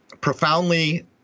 profoundly –